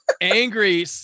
angry